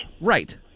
Right